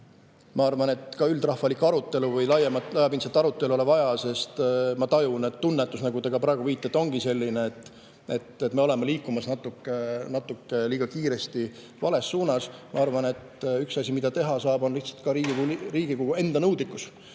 Ma arvan, et ka üldrahvalikku arutelu või laiapindsemat arutelu ei ole vaja, sest ma tajun, et tunnetus, nagu te ka praegu viitate, ongi selline, et me oleme liikumas liiga kiiresti vales suunas. Ma arvan, et üks asi, mida teha saab, on Riigikogu enda nõudlikkus